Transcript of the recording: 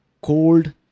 cold